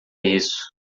isso